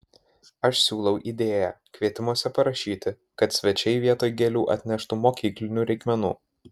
aš siūlau idėją kvietimuose parašyti kad svečiai vietoj gėlių atneštų mokyklinių reikmenų